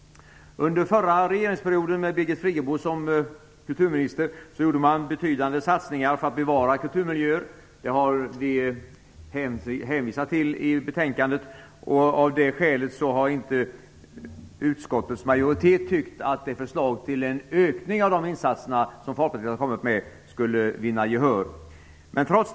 Under förra regeringsperioden, med Birgit Friggebo som kulturminister, gjorde man betydande satsningar för att bevara kulturmiljöer. Det har vi hänvisat till i betänkandet. Av det skälet har det förslag till ökning av insatserna som Folkpartiet har kommit med inte vunnit gehör hos utskottets majoritet.